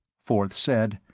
forth said,